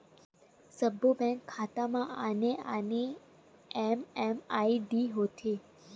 सब्बो बेंक खाता म आने आने एम.एम.आई.डी होथे